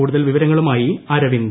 കൂടുതൽ വിവരങ്ങളുമായി അരവിന്ദ്